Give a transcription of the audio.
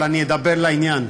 אבל אני אדבר לעניין,